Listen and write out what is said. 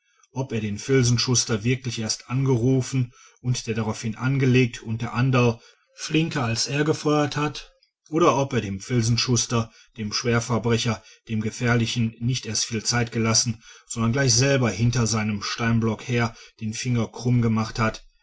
ob er den filzenschuster wirklich erst angerufen und der daraufhin angelegt und der anderl flinker als er gefeuert hat oder ob er dem filzenschuster dem schwerverbrecher dem gefährlichen nicht erst viel zeit gelassen sondern gleich selber hinter seinem steinblock her den finger krumm gemacht hat